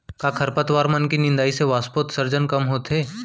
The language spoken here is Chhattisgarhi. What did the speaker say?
का खरपतवार मन के निंदाई से वाष्पोत्सर्जन कम होथे?